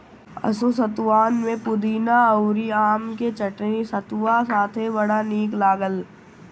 असो सतुआन में पुदीना अउरी आम के चटनी सतुआ साथे बड़ा निक लागल